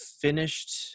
finished